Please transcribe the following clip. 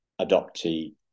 adoptee